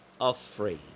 afraid